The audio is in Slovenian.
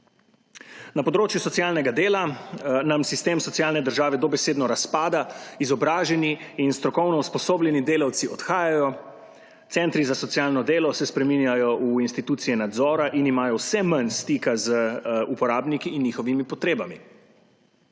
Na področju socialnega dela nam sistem socialne države dobesedno razpada, izobraženi in strokovno usposobljeni delavci odhajajo, centri za socialno delo se spreminjajo v institucije nadzora in imajo vse manj stika z uporabniki in njihovimi potrebami.